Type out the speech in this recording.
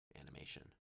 Animation